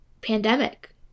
pandemic